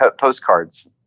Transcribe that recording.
postcards